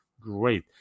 Great